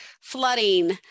flooding